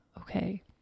okay